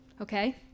Okay